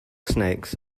snakes